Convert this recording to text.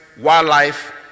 wildlife